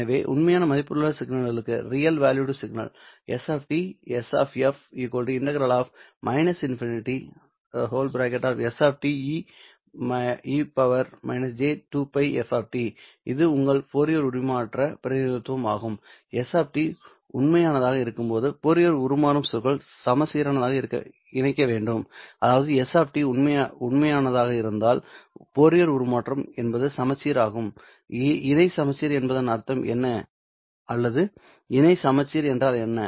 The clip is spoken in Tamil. எனவே உண்மையான மதிப்புள்ள சிக்னலுக்கான s S ∫−∞ s e− j2 π ft இது உங்கள் ஃபோரியர் உருமாற்ற பிரதிநிதித்துவம் ஆகும் s உண்மையானதாக இருக்கும்போது ஃபோரியர் உருமாறும் சொற்களில் சமச்சீரானதை இணைக்க வேண்டும் அதாவது s உண்மையானதாக இருந்தால் ஃபோரியர் உருமாற்றம் என்பது சமச்சீர் ஆகும் இணை சமச்சீர் என்பதன் அர்த்தம் என்ன அல்லது இணை சமச்சீர் என்றால் என்ன